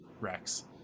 Rex